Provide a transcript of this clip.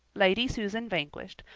lady susan vanquished,